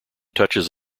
touches